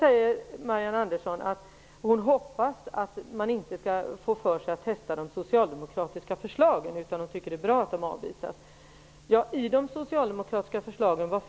Marianne Andersson säger att hon hoppas att man inte skall få för sig att testa de socialdemokratiska förslagen. Hon tycker att det är bra att de avvisas. Vad ligger då i de socialdemokratiska förslagen?